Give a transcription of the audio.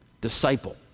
Disciple